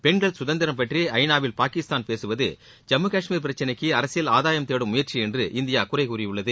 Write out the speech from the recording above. பெண்கள் சுதந்திரம் பற்றி ஐ நா வில் பாகிஸ்தாள் பேசுவது ஜம்மு கஷ்மீர் பிரச்சினைக்கு அரசியல் ஆதாயம் தேடுவதாகும் என்று இந்தியா குறை கூறியுள்ளது